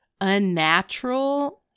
unnatural